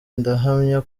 ndahamya